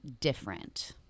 different